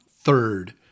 third